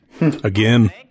Again